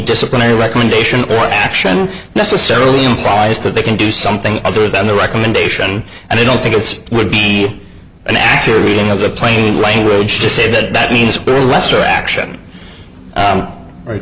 disciplinary recommendation or action necessarily implies that they can do something other than the recommendation and i don't think it's would be an accurate reading of the plain language to say that that means the lesser action